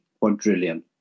quadrillion